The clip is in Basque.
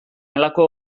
halako